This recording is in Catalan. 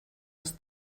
els